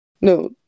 no